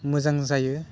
मोजां जायो